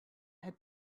had